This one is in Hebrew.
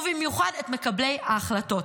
ובמיוחד את מקבלי ההחלטות.